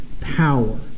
power